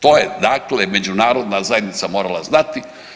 To je dakle međunarodna zajednica morala znati.